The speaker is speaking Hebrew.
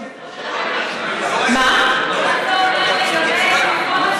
מה זה אומר לגבי מכון התקנים?